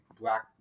black